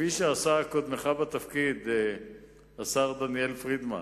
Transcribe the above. כפי שעשה קודמך בתפקיד, השר דניאל פרידמן,